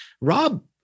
Rob